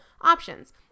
options